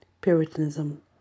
Puritanism